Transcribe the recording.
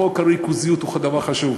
חוק הריכוזיות הוא דבר חשוב,